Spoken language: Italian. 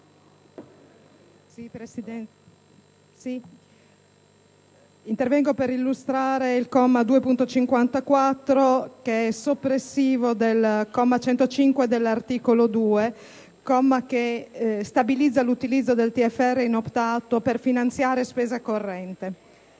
*(PD)*. Intervengo per illustrare l'emendamento 2.54, soppressivo del comma 105 dell'articolo 2, comma che stabilizza l'utilizzo del TFR inoptato per finanziare spesa corrente.